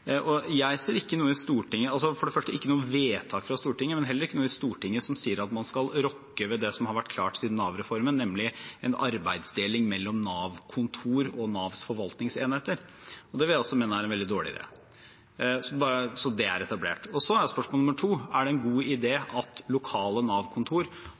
Jeg ser for det første ikke noe vedtak fra Stortinget og heller ikke noe i Stortinget som sier at man skal rokke ved det som har vært klart siden Nav-reformen, nemlig en arbeidsdeling mellom Nav-kontor og Navs forvaltningsenheter. Det vil jeg også mene er en veldig dårlig idé. – Så er det etablert. Spørsmål nummer to: Er det en god